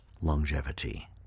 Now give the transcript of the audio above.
longevity